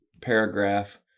paragraph